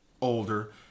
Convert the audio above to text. older